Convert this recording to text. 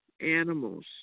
animals